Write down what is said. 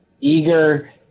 eager